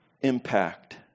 impact